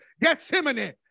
Gethsemane